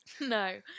No